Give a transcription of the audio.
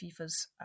FIFA's